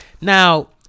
now